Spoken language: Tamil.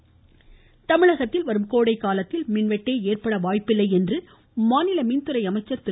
சரோஜா தமிழகத்தில் வரும் கோடைக்காலத்தில் மின்வெட்டு ஏற்பட வாய்ப்பே இல்லை என்று மாநில மின்துறை அமைச்சா் திரு